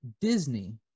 Disney